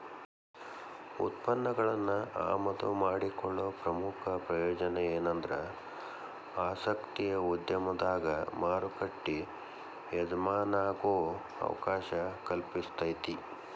ಉತ್ಪನ್ನಗಳನ್ನ ಆಮದು ಮಾಡಿಕೊಳ್ಳೊ ಪ್ರಮುಖ ಪ್ರಯೋಜನ ಎನಂದ್ರ ಆಸಕ್ತಿಯ ಉದ್ಯಮದಾಗ ಮಾರುಕಟ್ಟಿ ಎಜಮಾನಾಗೊ ಅವಕಾಶ ಕಲ್ಪಿಸ್ತೆತಿ